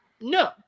No